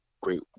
Great